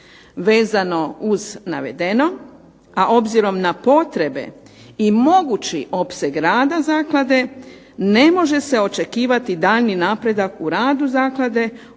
Vezano uz navedeno, a obzirom na potrebe i mogući opseg rada zaklade ne može se očekivati daljnji napredak u radu zaklade ukoliko